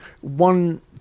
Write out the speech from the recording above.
one